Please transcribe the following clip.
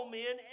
men